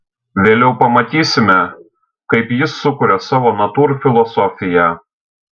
vėliau pamatysime kaip jis sukuria savo natūrfilosofiją